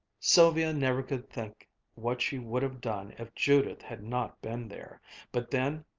sylvia never could think what she would have done if judith had not been there but then,